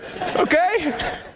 okay